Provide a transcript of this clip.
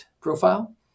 profile